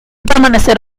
permanecer